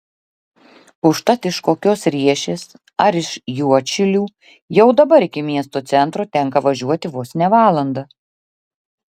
užtat iš kokios riešės ar iš juodšilių jau dabar iki miesto centro tenka važiuoti vos ne valandą